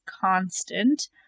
constant